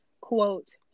quote